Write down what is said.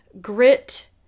grit